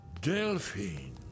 Delphine